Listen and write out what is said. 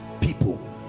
people